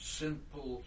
simple